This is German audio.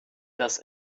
das